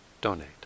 donate